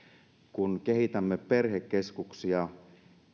kun kehitämme perhekeskuksia